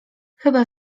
chyba